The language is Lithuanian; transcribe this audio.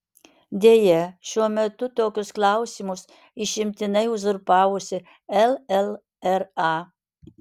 deja šiuo metu tokius klausimus išimtinai uzurpavusi llra